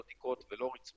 לא תקרות ולא רצפות.